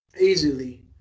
Easily